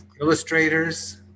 illustrators